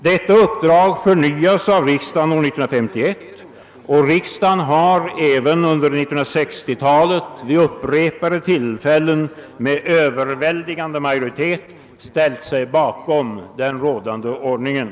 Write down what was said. Detta uppdrag förnyades av riksdagen år 1951 och riksdagen har även under 1960-talet vid upprepade tillfällen med överväldigande majoritet ställt sig bakom den rådande ordningen.